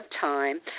time